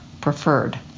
preferred